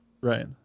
Right